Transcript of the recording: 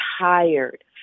tired